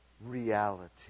reality